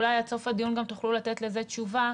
אולי עד סוף הדיון גם תוכלו לתת לזה תשובה,